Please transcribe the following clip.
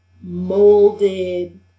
molded